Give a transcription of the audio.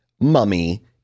Mummy